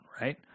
Right